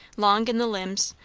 long in the limbs,